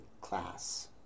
class